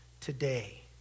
today